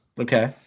Okay